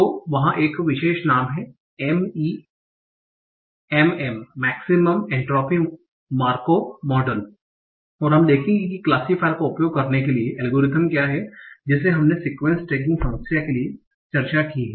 तो वहां इसका एक विशेष नाम है MEMM - maximum entropy Markov model और हम देखेंगे कि क्लासिफायर का उपयोग करने के लिए एल्गोरिथ्म क्या है जिसे हमने सीक्वेंस टैगिंग समस्या के लिए चर्चा की है